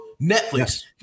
Netflix